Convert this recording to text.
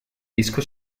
disco